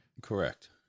Correct